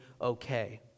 okay